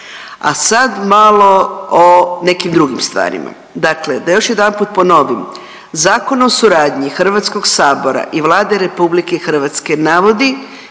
A sad malo o nekim drugim stvarima, dakle da još jedanput ponovim. Zakon o suradnji HS i Vlade RH navodi